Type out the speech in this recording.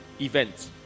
event